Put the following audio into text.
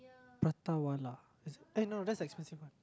prata-wala eh no that's the expensive one